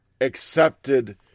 accepted